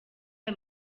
aya